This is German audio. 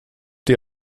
die